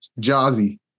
Jazzy